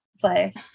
place